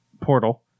portal